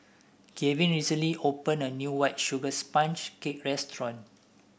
Gavin recently opened a new White Sugar Sponge Cake restaurant